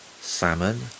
salmon